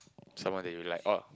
someone that you like oh